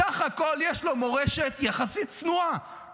סך הכול יש לו מורשת יחסית צנועה.